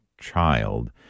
child